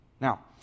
now